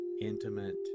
intimate